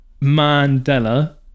Mandela